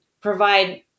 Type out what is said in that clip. provide